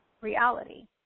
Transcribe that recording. reality